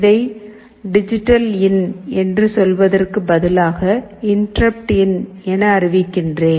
இதை டிஜிட்டல்இன் என்று சொல்வதற்கு பதிலாக இன்டரப்ட்இன் என அறிவிக்கிறேன்